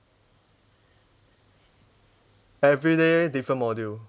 everyday different module